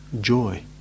joy